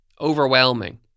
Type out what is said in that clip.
overwhelming